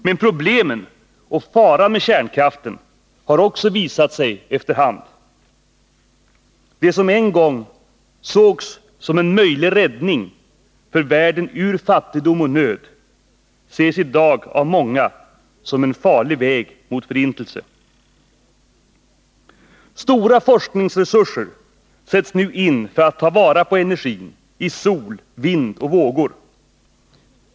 Men problemen och faran med kärnkraften har också visat sig efter hand. Det som en gång sågs som en möjlig räddning för världen ur fattigdom och nöd ses i dag av många som en farlig väg mot förintelse. Stora forskningsresurser sätts nu in för att ta vara på energin i sol, vind och vågor.